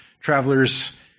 travelers